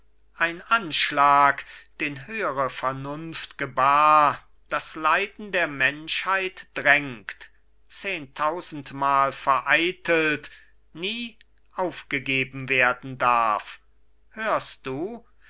ein anschlag den höhere vernunft gebar das leiden der menschheit drängt zehntausendmal vereitelt nie aufgegeben werden darf hörst du